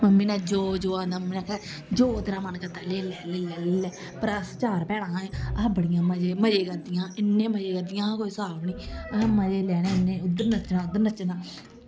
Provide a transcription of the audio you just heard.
mummy ने जो जो औना मम्मी ने आखना जो तेरा मन करदा लेई लै लेई लै लेई लै पर अस चार भैनां हियां अस बड़ियां मजे मजे करदियां हियां इन्ने मजे करदियां हियां कोई स्हाब निं ओह् मजे लैने इन्ने इद्धर नच्चना उद्धर नच्चना